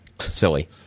silly